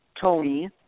Tony